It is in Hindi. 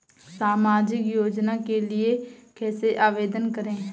सामाजिक योजना के लिए कैसे आवेदन करें?